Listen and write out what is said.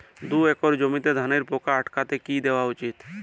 দুই একর জমিতে ধানের পোকা আটকাতে কি দেওয়া উচিৎ?